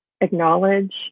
acknowledge